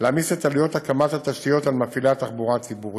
להעמיס את עלויות הקמת התשתיות על מפעילי התחבורה הציבורית,